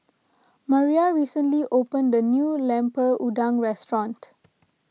Maria recently opened the new Lemper Udang restaurant